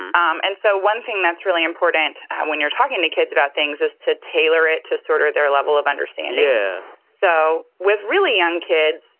um and so one thing that's really important when you're talking to kids about things is to tailor it to sort of their level of understanding yeah so with really young kids,